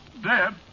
dead